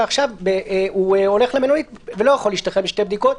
ועכשיו הוא הולך למלונית ולא יכול להשתחרר משתי בדיקות.